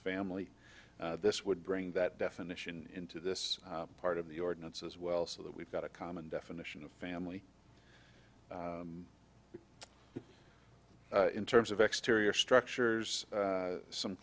family this would bring that definition into this part of the ordinance as well so that we've got a common definition of family in terms of exteriors structures some